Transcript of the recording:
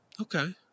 Okay